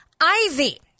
Ivy